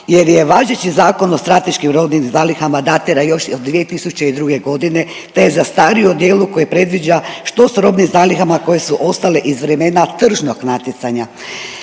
jer je važeći Zakon o strateškim robnim zalihama datira još od 2002.g., te je zastario u dijelu koji predviđa što s robnim zalihama koje su ostale iz vremena tržnog natjecanja.